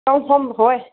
ꯇꯧꯐꯝ ꯍꯣꯏ